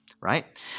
right